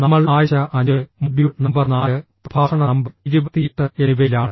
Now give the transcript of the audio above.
നമ്മൾ ആഴ്ച 5 module number 4 പ്രഭാഷണ നമ്പർ 28 എന്നിവയിലാണ്